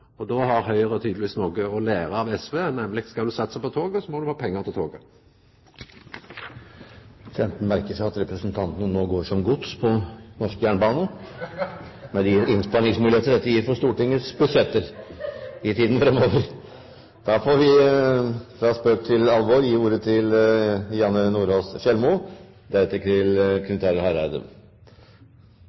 har Høgre tydelegvis noko å læra av SV: Skal ein satsa på toget, må ein ha pengar til toget. Presidenten merker seg at representantene nå går som gods på norsk jernbane, med de innsparingsmuligheter dette gir for Stortingets budsjetter i tiden fremover. Fra spøk til alvor: Jeg gir ordet til Janne Sjelmo Nordås.